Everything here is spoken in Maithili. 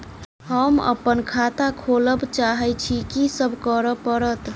हम अप्पन खाता खोलब चाहै छी की सब करऽ पड़त?